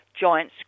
giant